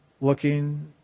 looking